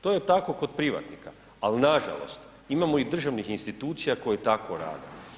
To je tako kod privatnika, ali nažalost imamo i državnih institucija koje tako rade.